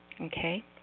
Okay